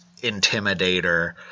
intimidator